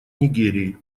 нигерии